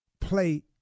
Play